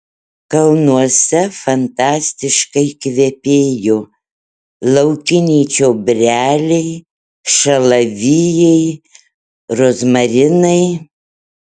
kalnuose fantastiškai kvepėjo laukiniai čiobreliai šalavijai rozmarinai